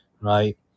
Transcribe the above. right